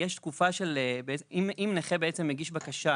אם נכה מגיש בקשה